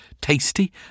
tasty